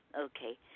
Okay